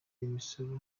imisoro